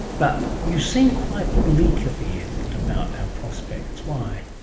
but you seem quite bleak at the end about our prospects. why?